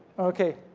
okay,